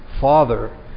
Father